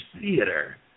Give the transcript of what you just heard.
Theater